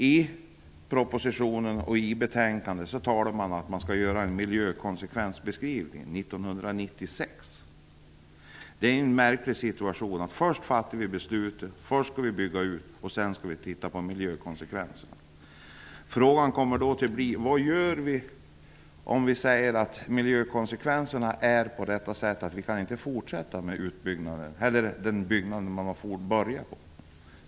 I propositionen och betänkandet talar man om att göra en miljökonsekvensbeskrivning 1996. Det är en märklig ordning att först fatta beslutet, sedan bygga och därefter titta på miljökonsekvenserna. Frågan blir då: Vad gör vi om miljökonsekvenserna är sådana att vi inte kan fortsätta med den utbyggnad man börjat på?